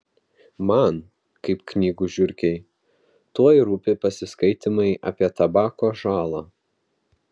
man kaip knygų žiurkei tuoj rūpi pasiskaitymai apie tabako žalą